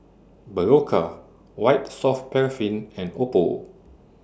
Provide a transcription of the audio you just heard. Berocca White Soft Paraffin and Oppo